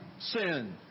sin